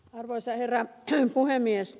arvoisa herra puhemies